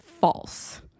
false